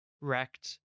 wrecked